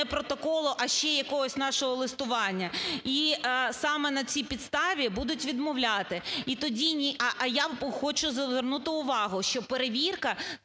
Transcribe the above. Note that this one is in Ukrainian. протоколу, а ще якогось нашого листування. І саме на цій підставі будуть відмовляти. І тоді ні… А я хочу звернути увагу, що перевірка